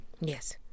yes